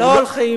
לא הולכים להסדר.